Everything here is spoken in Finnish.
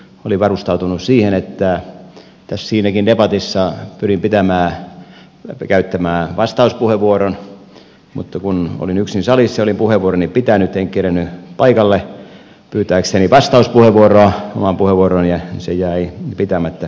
olin varustautunut siihen että siinäkin debatissa pyrin käyttämään vastauspuheenvuoron mutta kun olin yksin salissa ja olin puheenvuoroni pitänyt en kerin nyt paikalle pyytääkseni vastauspuheenvuoroa omaan puheenvuorooni ja se jäi pitämättä